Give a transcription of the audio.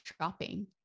shopping